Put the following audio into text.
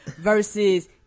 versus